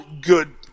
good